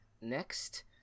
Next